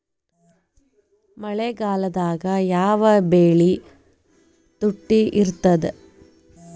ಮಳೆಗಾಲದಾಗ ಯಾವ ಬೆಳಿ ತುಟ್ಟಿ ಇರ್ತದ?